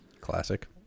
classic